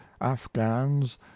afghans